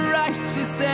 righteous